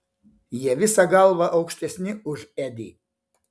jie visa galva aukštesni už edį